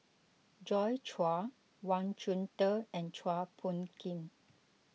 Joi Chua Wang Chunde and Chua Phung Kim